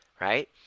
right